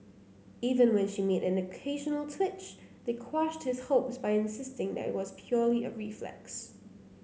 even when she made an occasional twitch they quashed his hopes by insisting that it was purely a reflex